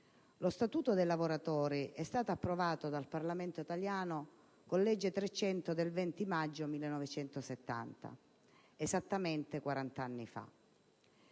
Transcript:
lo Statuto dei lavoratori è stato approvato dal Parlamento italiano con la legge 20 maggio 1970, n. 300, esattamente 40 anni fa.